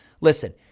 Listen